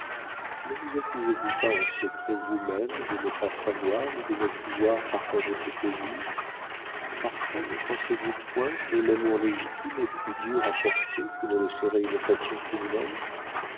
ne vous accusez-vous pas en secret vous-même de ne pas savoir ou de ne pouvoir partager ses plaisirs parfois ne pensez-vous point que l'amour légitime est plus dur à porter que ne le serait une passion criminelle